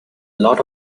lot